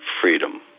freedom